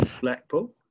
Blackpool